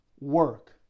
work